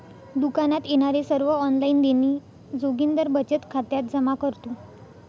दुकानात येणारे सर्व ऑनलाइन देणी जोगिंदर बचत खात्यात जमा करतो